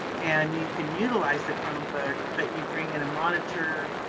and you can utilize the chromebook, but you bring in a monitor,